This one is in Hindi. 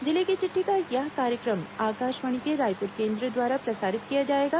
जिले की चिट्ठी का यह कार्यक्रम आकाशवाणी के रायपुर केंद्र द्वारा प्रसारित किया जाएगा